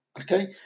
okay